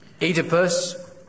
Oedipus